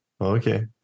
Okay